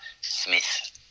Smith